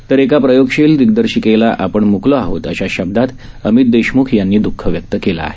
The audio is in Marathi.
तर एका प्रयोगशील दिग्दर्शिकेला आपण मुकलो आहोत अशा शब्दात अमित देशमुख यांनी दःख व्यक्त केलं आहे